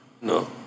no